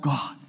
God